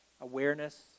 awareness